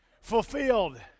Fulfilled